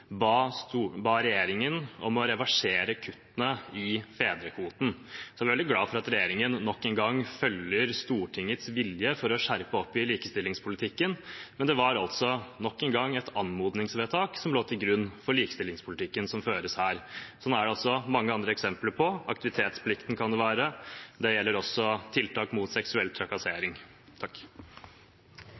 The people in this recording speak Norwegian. ba regjeringen om å reversere kuttene i fedrekvoten. Så jeg er veldig glad for at regjeringen nok en gang følger Stortingets vilje for å skjerpe likestillingspolitikken, men det var altså nok en gang et anmodningsvedtak som lå til grunn for likestillingspolitikken som føres her. Det er det også mange andre eksempler på – aktivitetsplikten kan det være, og det gjelder også tiltak mot seksuell trakassering.